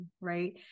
right